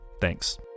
Thanks